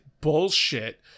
bullshit